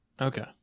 Okay